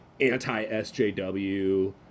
anti-SJW